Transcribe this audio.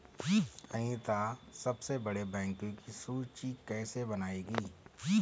अनीता सबसे बड़े बैंकों की सूची कैसे बनायेगी?